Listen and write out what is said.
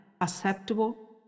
acceptable